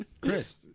Chris